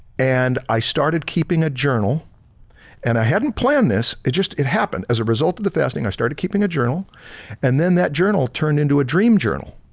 and i started keeping a journal and i hadn't planned this, it just it happened. as a result of the fasting, i started keeping a journal and then that journal turned into dream journal.